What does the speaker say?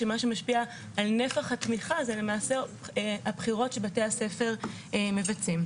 שמה שמשפיע על נפח התמיכה זה הבחירות שבתי הספר מבצעים.